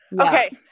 okay